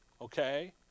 Okay